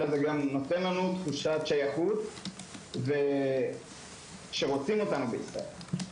אלא זה גם נותן לנו תחושת שייכות שרוצים אותנו בישראל.